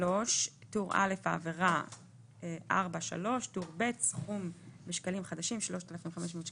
מס"ד טור א' טור ב' העבירה סכומים בשקלים חדשים "(3) 4(3) 3,500"